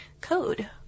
code